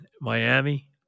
Miami